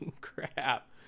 crap